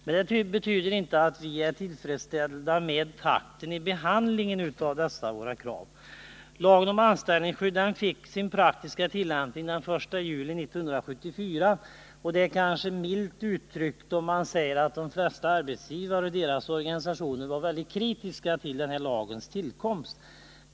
Men det betyder inte att vi är tillfredsställda med takten i behandlingen av dessa våra krav. Lagen om anställningsskydd fick sin praktiska tillämpning den 1 juli 1974, och det är kanske milt uttryckt, om man säger att de flesta arbetsgivare och deras organisationer var mycket kritiska till lagens tillkomst.